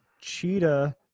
cheetah